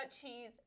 cheese